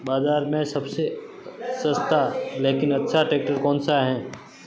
बाज़ार में सबसे सस्ता लेकिन अच्छा ट्रैक्टर कौनसा है?